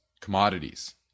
commodities